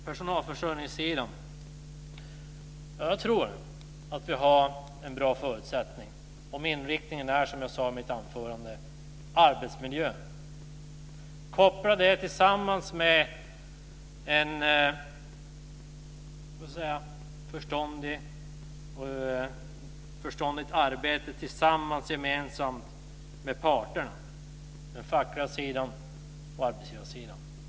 Herr talman! Jag tror att vi har en bra förutsättning att klara personalförsörjningen om inriktningen är arbetsmiljön, som jag sade i mitt anförande. Detta bör kopplas till ett gemensamt förståndigt arbete mellan parterna, den fackliga sidan och arbetsgivarsidan.